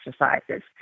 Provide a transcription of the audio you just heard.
exercises